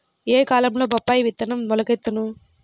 ఏ కాలంలో బొప్పాయి విత్తనం మొలకెత్తును?